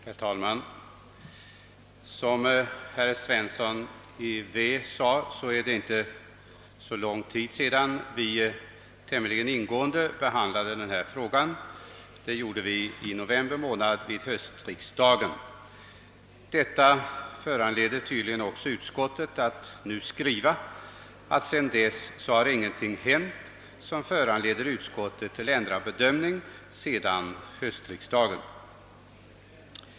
Herr talman! Som herr Svensson i Vä sade är det inte länge sedan vi tämligen ingående behandlade denna fråga. Det var i november månad vid höstriksdagen. Detta ger tydligen också utskottet anledning att nu skriva att det sedan dess inte har hänt någonting som föranleder utskottet till ändrad bedömning av frågan.